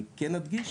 אני כן אדגיש